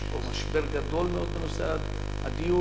יש פה משבר גדול מאוד בנושא הדיור,